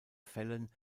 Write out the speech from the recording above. fällen